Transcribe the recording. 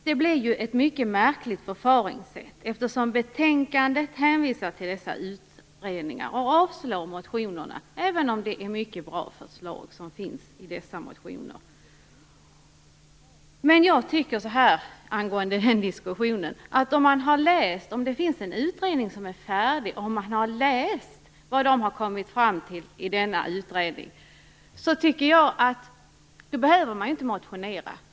Det blev ju ett mycket märkligt förfaringssätt eftersom betänkandet hänvisar till dessa utredningar och avslår motionerna trots att det är mycket bra förslag som finns i dem. Angående denna diskussion tycker jag att man, om det finns en färdig utredning och om man har läst vad den har kommit fram till, inte behöver motionera.